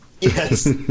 Yes